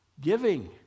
giving